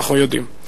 אנחנו יודעים.